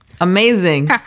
Amazing